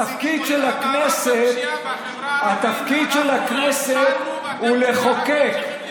התפקיד של הכנסת הוא לחוקק.